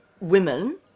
women